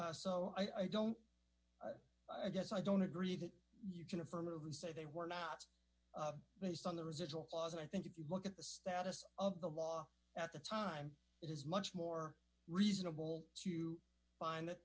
so i don't i guess i don't agree that you can affirmatively say they were not based on the residual clause i think if you look at the status of the law at the time it is much more reasonable to find that